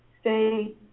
stay